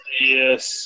Yes